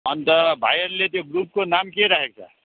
अन्त भाइहरूले त्यो ग्रुपको नाम के राखेको छ